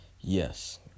yes